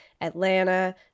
Atlanta